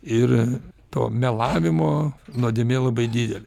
ir to melavimo nuodėmė labai didelė